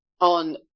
on